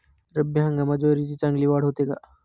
रब्बी हंगामात ज्वारीची चांगली वाढ होते का?